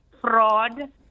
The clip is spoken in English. fraud